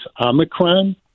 Omicron